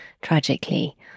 tragically